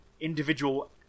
individual